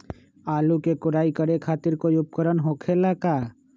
आलू के कोराई करे खातिर कोई उपकरण हो खेला का?